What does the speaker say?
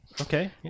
Okay